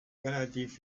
relativ